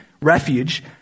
refuge